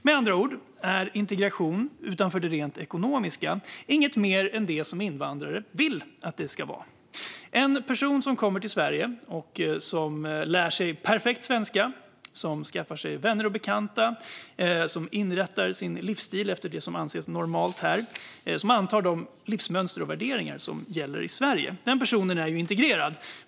Med andra ord är integration, utanför det rent ekonomiska, inget mer än det som invandrare vill att det ska vara. En person som kommer till Sverige och lär sig perfekt svenska, skaffar sig vänner och bekanta, inrättar sin livsstil efter det som anses normalt här och antar de livsmönster och värderingar som gäller i Sverige är ju integrerad.